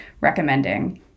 recommending